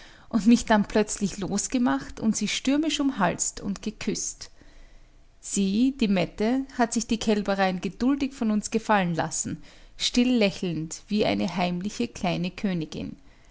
und mich dann plötzlich losgemacht und sie stürmisch umhalst und geküßt sie die mette hat sich die kälbereien geduldig von uns gefallen lassen still lächelnd wie eine heimliche kleine königin